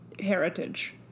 Heritage